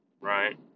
right